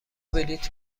بلیط